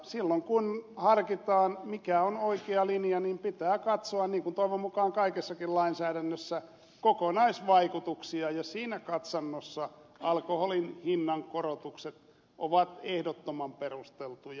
silloin kun harkitaan mikä on oikea linja pitää katsoa niin kuin toivon mukaan kaikessakin lainsäädännössä kokonaisvaikutuksia ja siinä katsannossa alkoholin hinnankorotukset ovat ehdottoman perusteltuja